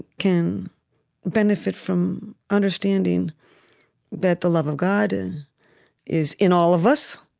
can benefit from understanding that the love of god is in all of us,